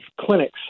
clinics